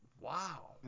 Wow